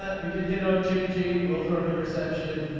ah we did hit on jimmy g will throw an interception.